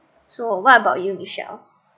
so what about you michelle